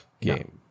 game